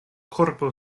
korpo